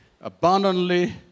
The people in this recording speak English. abundantly